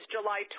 July